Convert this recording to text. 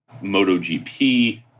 MotoGP